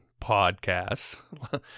podcasts